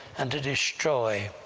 and to destroy.